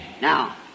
Now